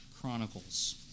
Chronicles